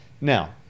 now